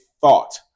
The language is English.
thought